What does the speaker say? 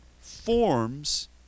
forms